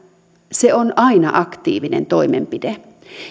se on aina aktiivinen toimenpide